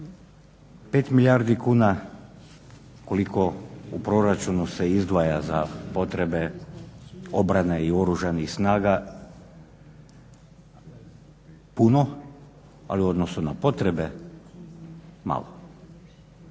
milijardi kuna koliko u proračunu se izdvaja za potrebe obrane i Oružanih snaga puno, ali u odnosu na potrebe malo.